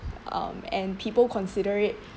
um and people consider it